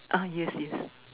ah yes yes